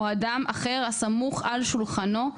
או אדם אחר הסמוך על שולחנו,